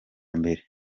mbere